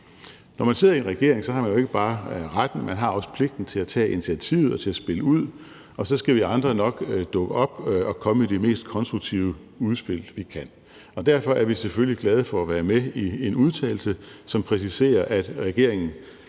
Når man sidder i en regering, har man ikke bare retten, men man har også pligten til at tage initiativet og til at spille ud, og så skal vi andre nok dukke op og komme med de mest konstruktive udspil, vi kan. Og derfor er vi selvfølgelig glade for at være med i en udtalelse, som præciserer, at regeringen